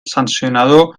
sancionador